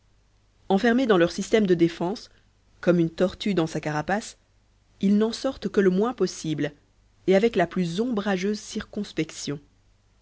enfermés dans leur système de défense comme une tortue dans sa carapace ils n'en sortent que le moins possible et avec la plus ombrageuse circonspection